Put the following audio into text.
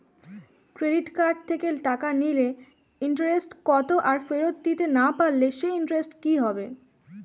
Credit card থেকে টাকা নিলে ইন্টারেস্ট কত আর ফেরত দিতে না পারলে সেই ইন্টারেস্ট কি হবে?